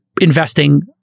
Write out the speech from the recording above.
investing